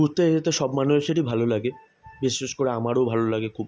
ঘুরতে যেতে সব মানুষেরই ভালো লাগে বিশেষ করে আমারও ভালো লাগে খুব